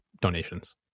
donations